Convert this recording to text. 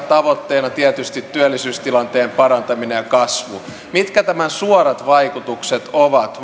tavoitteena tietysti työllisyystilanteen parantaminen ja kasvu mitkä tämän suorat vaikutukset ovat